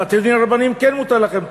ולגבי בתי-הדין הרבניים כן מותר לכם.